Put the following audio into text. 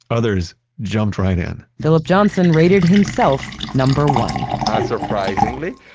others jumped right in philip johnson rated himself number one unsurprisingly,